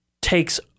takes